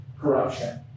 corruption